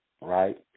right